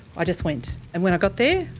i just went and when i got there.